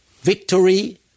victory